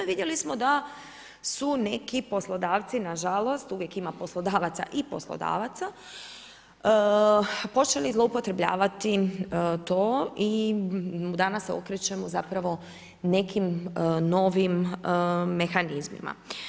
Vidjeli smo da su neki poslodavci, nažalost, uvijek ima poslodavaca i poslodavaca, počeli zloupotrebljavati to i danas se okrećemo zapravo nekim novim mehanizmima.